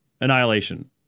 annihilation